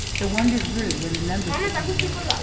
the wonder grew when the numbers became known.